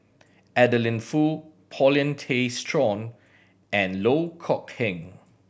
Adeline Foo Paulin Tay Straughan and Loh Kok Heng